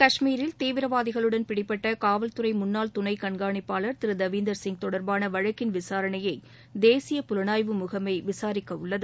கஷ்மீரில் தீவிரவாதிகளுடன் பிடிபட்ட காவல்துறை முன்னாள் துணை கண்காணிப்பாளர் திரு தேவிந்தர் சிங் தொடர்பான வழக்கின் விசாரணையை தேசிய புலனாய்வு முகமை விசாரிக்க உள்ளது